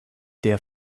der